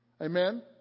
Amen